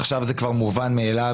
עכשיו זה כבר מובן מאליו,